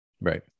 right